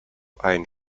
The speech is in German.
einen